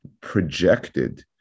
projected